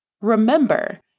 Remember